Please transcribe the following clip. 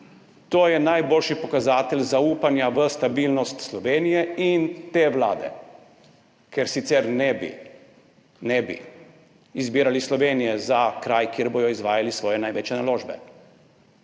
To je najboljši pokazatelj zaupanja v stabilnost Slovenije in te vlade, ker sicer ne bi izbirali Slovenije za kraj, kjer bodo izvajali svoje največje naložbe.